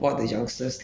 like you will